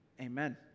Amen